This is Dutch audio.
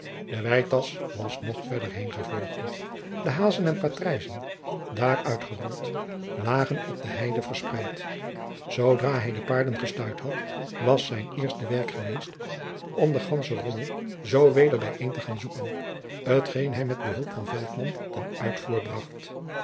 de weitasch was nog verder heengevlogen de hazen en patrijzen daaruit gerold lagen op de heide verspreid zoodra hij de paarden gestuit had was zijn eerste werk geweest om de gansche rommelzoô weder bijeen te gaan zoeken t geen hij met behulp van veltman ten uitvoer bracht